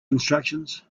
instructions